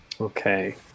Okay